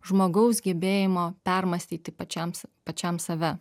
žmogaus gebėjimo permąstyti pačiam pačiam save